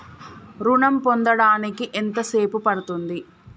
ఋణం పొందడానికి ఎంత సేపు పడ్తుంది?